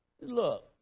Look